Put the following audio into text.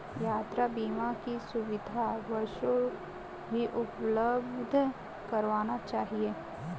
यात्रा बीमा की सुविधा बसों भी उपलब्ध करवाना चहिये